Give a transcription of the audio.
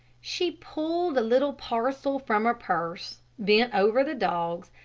she pulled a little parcel from her purse, bent over the dogs,